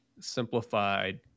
simplified